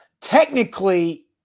technically